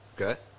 Okay